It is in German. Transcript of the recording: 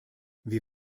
wir